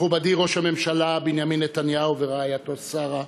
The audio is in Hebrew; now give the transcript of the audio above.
מכובדי ראש הממשלה בנימין נתניהו ורעייתו שרה,